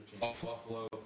Buffalo